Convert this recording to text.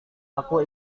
aku